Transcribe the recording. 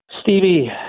Stevie